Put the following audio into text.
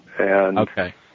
Okay